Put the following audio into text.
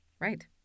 Right